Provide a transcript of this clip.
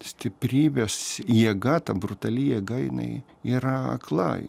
stiprybės jėga ta brutali jėga jinai yra akla